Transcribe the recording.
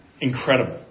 incredible